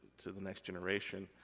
to the next generation.